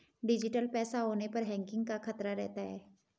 digital पैसा होने पर हैकिंग का खतरा रहता है